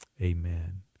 Amen